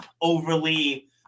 overly